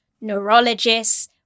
neurologists